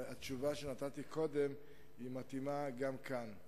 והתשובה שנתתי קודם מתאימה גם כאן,